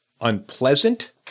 unpleasant